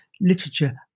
literature